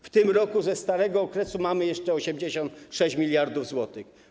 W tym roku ze starego okresu mamy jeszcze 86 mld zł.